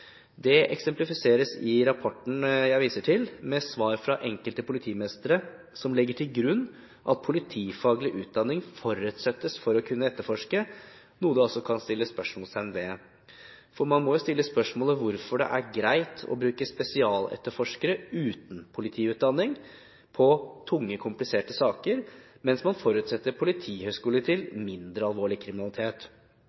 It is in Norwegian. Det eksemplifiseres i rapporten jeg viser til, med svar fra enkelte politimestre som legger til grunn at politifaglig utdanning forutsettes for å kunne etterforske – noe man kan sette spørsmålstegn ved. For man må jo stille spørsmålet: Hvorfor er det greit å bruke spesialetterforskere uten politiutdanning på tunge, kompliserte saker, mens man forutsetter politihøyskole til